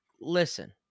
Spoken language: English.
Listen